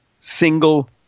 single